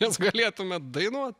nes galėtumėt dainuot